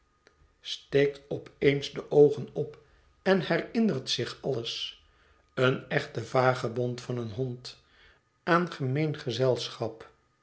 steekt op eens de oogen op en herinnert zich alles een echte vagebond van een hond aan gemeen gezelschap